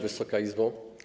Wysoka Izbo!